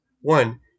One